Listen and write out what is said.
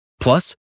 Plus